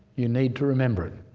you need to remember it.